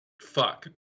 Fuck